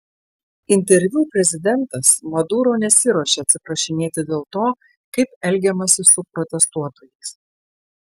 interviu prezidentas maduro nesiruošė atsiprašinėti dėl to kaip elgiamasi su protestuotojais